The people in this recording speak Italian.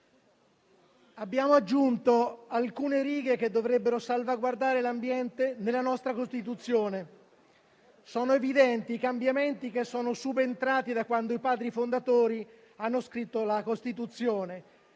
abbiamo aggiunto alcune righe che dovrebbero salvaguardare l'ambiente nella nostra Costituzione. Sono evidenti i cambiamenti che sono subentrati da quando i Padri fondatori hanno scritto la Costituzione.